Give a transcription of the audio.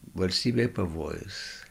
valstybei pavojus